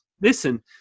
Listen